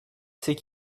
c’est